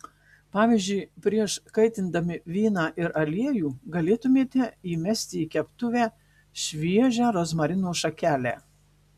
pavyzdžiui prieš kaitindami vyną ir aliejų galėtumėte įmesti į keptuvę šviežią rozmarino šakelę